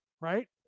right